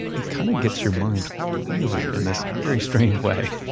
it kind of gets your mind reeling in this very strange way